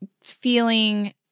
feeling